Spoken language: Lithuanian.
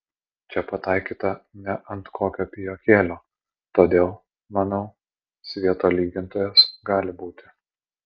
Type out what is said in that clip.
čia pataikyta ne ant kokio pijokėlio todėl manau svieto lygintojas gali būti